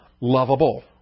lovable